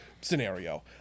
scenario